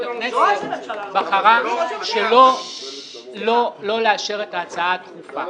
הכנסת בחרה שלא לאשר את ההצעה הדחופה.